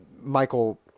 Michael